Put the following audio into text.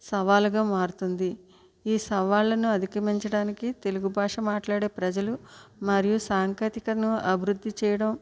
సవాలుగా మారుతుంది ఈ సవాళ్ళను అధిగమించడానికి తెలుగు భాష మాట్లాడే ప్రజలు మరియు సాంకేతికతను అభివృద్ధి చేయడం